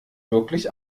wirklich